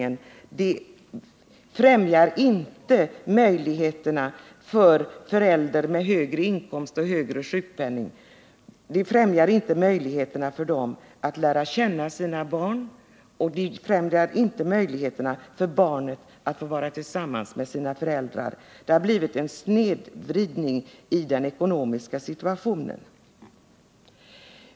Detta främjar inte möjligheterna för en förälder med högre inkomst och högre sjukpenning att lära känna sina barn, och det främjar inte heller möjligheterna för barnen att få vara tillsammans med sina föräldrar. Det har blivit en snedvridning av den ekonomiska situationen.